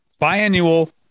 biannual